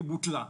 היא בוטלה,